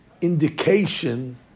indication